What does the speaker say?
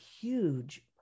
huge